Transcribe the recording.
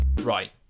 Right